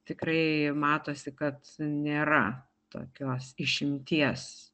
tikrai matosi kad nėra tokios išimties